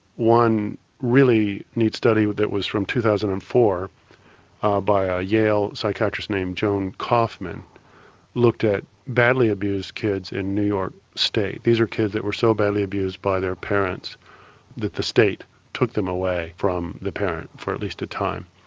one really neat study that was from two thousand and four by a yale psychiatrist named joan kaufman looked at badly abused kids in new york state, these were kids that were so badly abused by their parents that the state took them away from the parent for at least a time.